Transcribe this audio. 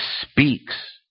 speaks